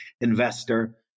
investor